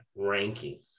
rankings